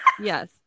Yes